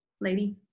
lady